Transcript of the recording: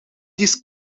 these